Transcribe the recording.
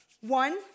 One